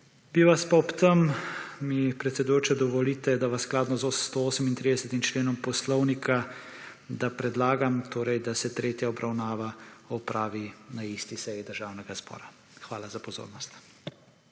Bi vas pa od tem, mi predsedujoča dovolite, da skladno s 138. členom Poslovnika, predlagam, da se tretja obravnava opravi na isti seji Državnega zbora. Hvala za pozornost.